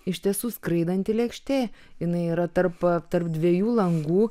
iš tiesų skraidanti lėkštė jinai yra tarp tarp dviejų langų